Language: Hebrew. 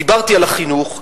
דיברתי על החינוך,